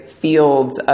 fields